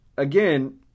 Again